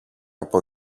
από